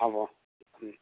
হ'ব